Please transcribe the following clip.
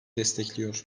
destekliyor